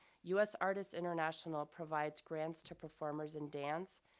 usartists international provides grants to performers in dance,